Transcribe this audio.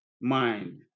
mind